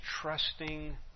trusting